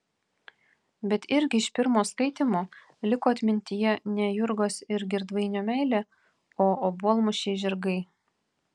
bet irgi iš pirmo skaitymo liko atmintyje ne jurgos ir girdvainio meilė o obuolmušiai žirgai